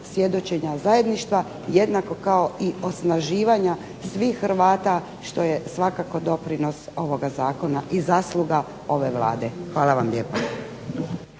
svjedočenja zajedništva jednako kao i osnaživanja svih Hrvata što je svakako doprinos ovoga zakona i zasluga ove Vlade. Hvala vam lijepo.